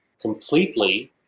completely